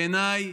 בעיניי,